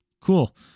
cool